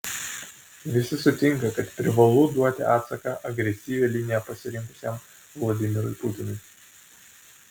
visi sutinka kad privalu duoti atsaką agresyvią liniją pasirinkusiam vladimirui putinui